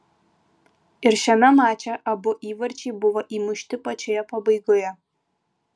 ir šiame mače abu įvarčiai buvo įmušti pačioje pabaigoje